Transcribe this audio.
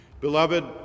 Beloved